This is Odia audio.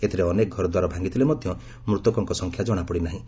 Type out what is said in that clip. ଏଥିରେ ଅନେକ ଘରଦ୍ୱାର ଭାଙ୍ଗିଥିଲେ ମଧ୍ୟ ମୃତକଙ୍କ ସଂଖ୍ୟା ଜଣାପଡ଼ି ନାହିଁ